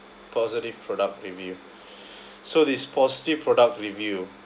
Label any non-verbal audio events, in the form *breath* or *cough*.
positive product review *breath* so this positive product review